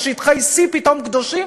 ששטחי C פתאום קדושים,